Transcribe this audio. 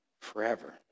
forever